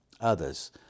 Others